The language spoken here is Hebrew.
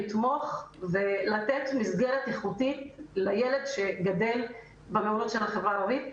לתמוך ולתת מסגרת איכותית לילד שגדל במעונות של החברה הערבית.